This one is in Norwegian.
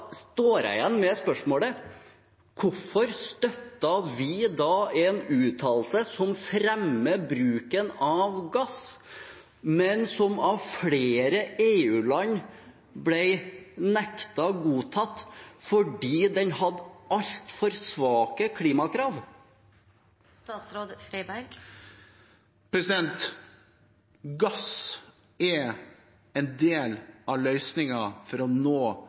står jeg igjen med spørsmålet: Hvorfor støttet vi da en uttalelse som fremmer bruken av gass, men som av flere EU-land ble nektet godtatt fordi den hadde altfor svake klimakrav? Gass er en del av løsningen for å nå